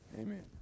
Amen